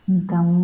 Então